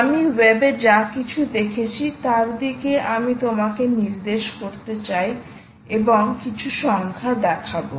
আমি ওয়েবে যা কিছু দেখেছি তার দিকে আমি তোমাকে নির্দেশ করতে চাই এবং আমি কিছু সংখ্যা দেখাবো